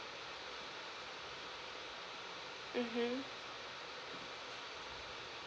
mmhmm